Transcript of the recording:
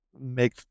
make